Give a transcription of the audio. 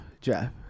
Jeff